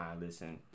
listen